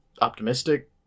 optimistic